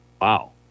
Wow